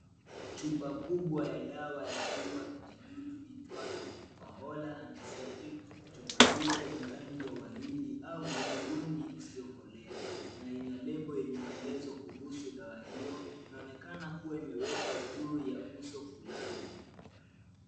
Chupa kubwa ya dawa ya kuua vijidudu iitwayo Fahola Antiseptic . Chupa hiyo ina rangi ya waridi au hudhurungi isiyokolea na ina lebo yenye maelezo kuhusu dawa hiyo. Inaonekana kuwa imewekwa juu ya uso fulani.